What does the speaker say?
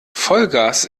vollgas